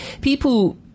people